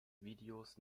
videos